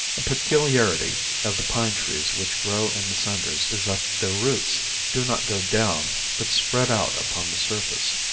a peculiarity of the pine trees which grow in the cinders is that their roots do not go down but spread out upon the surface.